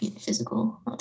physical